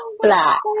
black